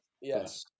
yes